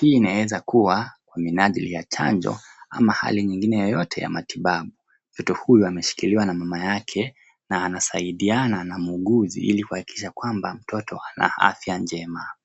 Hii inawezakua kwa minajili ya chanjo ama hali nyingine yoyote ya matibabu. Mtoto huyu ameshikiliwa na mama yake na anasaidiana na muuguzi ili kuhakikisha kwamba mtoto ana afya njema.